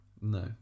no